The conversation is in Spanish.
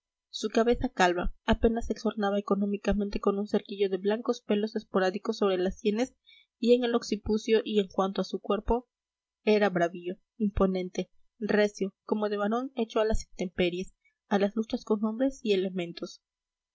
su cabeza calva apenas se exornaba económicamente con un cerquillo de blancos pelos esporádicos sobre las sienes y en el occipucio y en cuanto a su cuerpo era bravío imponente recio como de varón hecho a las intemperies a las luchas con hombres y elementos